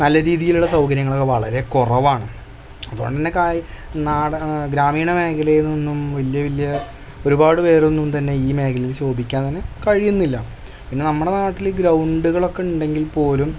നല്ല രീതിയിലുള്ള സൗകര്യങ്ങളൊക്കെ വളരെ കുറവാണ് അതുകൊണ്ടു തന്നെ കായി നാടൻ ഗ്രാമീണ മേഖലയിൽ നിന്നും വലിയ വലിയ ഒരുപാട് പേരൊന്നും തന്നെ ഈ മേഖലയിൽ ശോഭിക്കാൻ കഴിയുന്നില്ല പിന്നെ നമ്മുടെ നാട്ടിൽ ഗ്രൗണ്ടുകളൊക്കെ ഉണ്ടെങ്കിൽപോലും